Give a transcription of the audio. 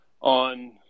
on